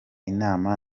inama